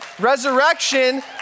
resurrection